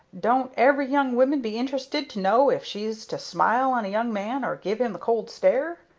don't every young woman be interested to know if she's to smile on a young man or give him the cold stare?